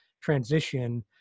transition